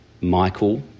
Michael